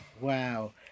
Wow